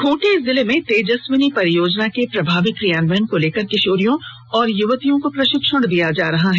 खूंटी जिले में तेजस्विनी परियोजना के प्रभावी कियान्वयन को लेकर किशोरियों एवं युवतियों को प्रशिक्षण दिया जा रहा है